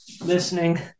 listening